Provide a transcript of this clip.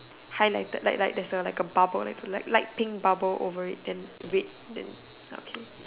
highlighted like like there's a bubble like a light light pink bubble over it then red okay